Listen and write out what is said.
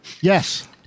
yes